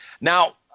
Now